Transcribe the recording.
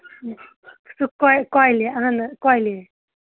سُہ کۄلہِ کۄلہِ اہن حظ کۄلہِ